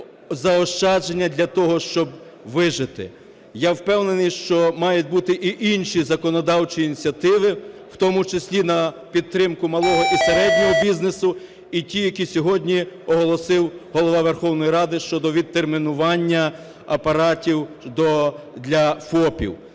заощадження для того, щоб вижити. Я впевнений, що мають бути і інші законодавчі ініціативи, в тому числі на підтримку малого і середнього бізнесу, і ті, які сьогодні оголосив Голова Верховної Ради щодо відтермінування апаратів для ФОПів.